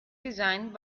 designed